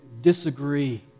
disagree